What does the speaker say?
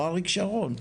אריק שרון.